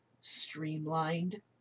streamlined